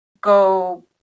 go